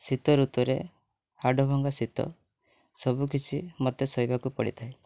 ଶୀତ ଋତୁରେ ହାଡ଼ ଭଙ୍ଗା ଶୀତ ସବୁକିଛି ମୋତେ ସହିବାକୁ ପଡ଼ିଥାଏ